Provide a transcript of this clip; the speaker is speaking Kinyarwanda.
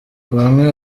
bamwe